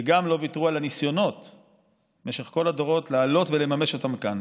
וגם לא ויתרו במשך כל הדורות על הניסיונות לעלות ולממש אותם כאן.